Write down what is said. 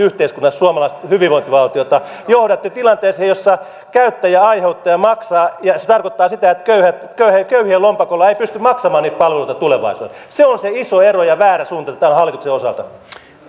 yhteiskunnaksi suomalaista hyvinvointivaltiota johdatte tilanteeseen jossa käyttäjä aiheuttaja maksaa ja se tarkoittaa sitä että köyhien lompakolla ei pysty maksamaan niitä palveluita tulevaisuudessa se on se iso ero ja väärä suunta tämän hallituksen osalta